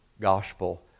gospel